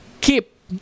keep